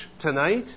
tonight